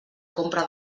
compra